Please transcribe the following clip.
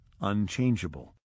unchangeable